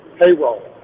payroll